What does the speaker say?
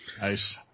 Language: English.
nice